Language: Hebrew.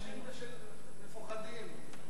לכן השונה במדינה